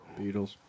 Beatles